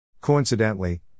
Coincidentally